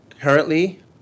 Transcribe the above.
Currently